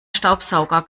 staubsauger